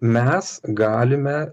mes galime